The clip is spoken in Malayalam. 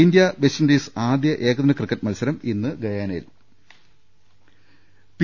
ഇന്ത്യ വെസ്റ്റ് ഇൻഡീസ് ആദ്യ ഏകദിന ക്രിക്കറ്റ് മത്സരം ഇന്ന് ഗയാനയിൽ പി